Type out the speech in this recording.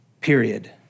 period